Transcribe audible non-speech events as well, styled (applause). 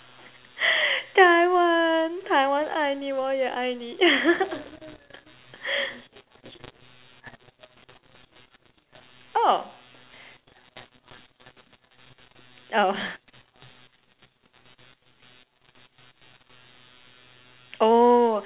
(laughs) Taiwan Taiwan 爱你我也爱你 (laughs) oh oh oh